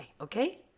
okay